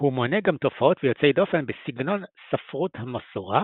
הוא מונה גם תופעות ויוצאי דופן בסגנון ספרות המסורה,